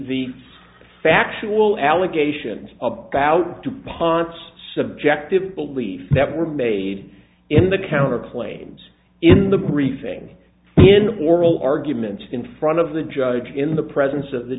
the factual allegations about dupont's subjective belief that were made in the counterclaims in the briefing in oral arguments in front of the judge in the presence of the